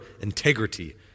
integrity